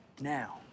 now